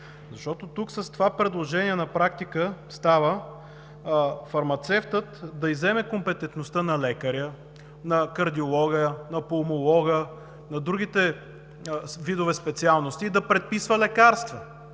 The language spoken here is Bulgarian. отговорност. С това предложение на практика става фармацевтът да изземе компетентността на лекаря, на кардиолога, на пулмолога, на другите видове специалности и да предписва лекарства.